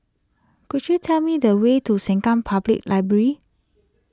could you tell me the way to Sengkang Public Library